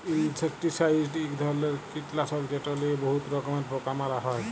insecticide ইক ধরলের কিটলাসক যেট লিয়ে বহুত রকমের পোকা মারা হ্যয়